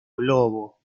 globo